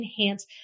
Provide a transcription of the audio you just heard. enhance